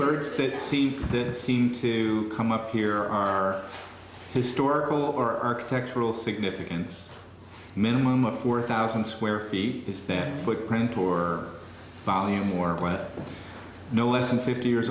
words to see this seem to come up here are historical or architectural significance minimum of four thousand square feet is thin footprint tour volume or a planet no less than fifty years